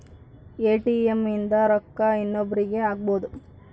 ATM ಇಂದ ರೊಕ್ಕ ಇನ್ನೊಬ್ರೀಗೆ ಹಕ್ಬೊದು